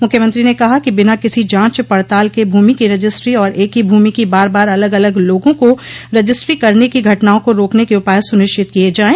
मुख्यमंत्री ने कहा कि बिना किसी जांच पड़ताल के भूमि की रजिस्टो और एक ही भूमि की बार बार अलग अलग लोगों को रजिस्ट्री करने की घटनाओं को रोकने के उपाय सुनिश्चित किये जायें